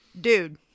Dude